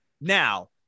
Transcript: Now